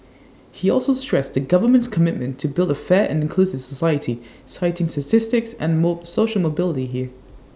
he also stressed the government's commitment to build A fair and inclusive society citing statistics and mode social mobility here